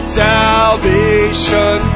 salvation